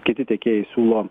kiti tiekėjai siūlo